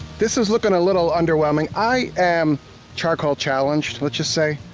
this is lookin' a little underwhelming. i am charcoal challenged, let's just say.